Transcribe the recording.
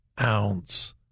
ounce